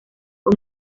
con